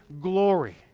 glory